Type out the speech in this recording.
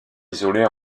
isolée